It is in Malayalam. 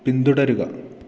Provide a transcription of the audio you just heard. പിന്തുടരുക